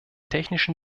technischen